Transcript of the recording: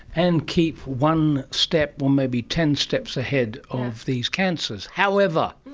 and keep one step or maybe ten steps ahead of these cancers. however,